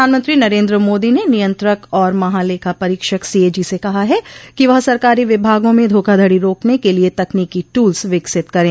प्रधानमंत्री नरेन्द्र मोदी ने नियंत्रक और महालेखा परीक्षक सीएजी से कहा है कि वह सरकारी विभागों में धोखाधड़ी रोकने के लिए तकनीकी टूल्स विकसित करें